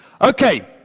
Okay